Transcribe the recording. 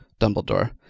Dumbledore